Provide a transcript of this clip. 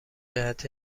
جهت